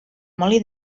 molí